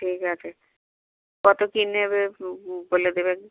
ঠিক আছে কত কি নেবে বলে দেবেন